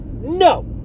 No